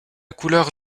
couleur